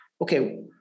okay